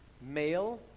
male